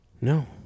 No